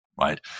right